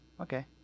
Okay